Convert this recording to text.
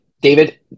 David